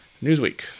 Newsweek